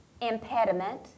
impediment